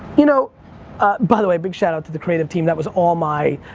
you know by the way, big shout-out to the creative team. that was all my,